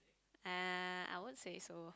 uh I won't say so